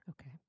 Okay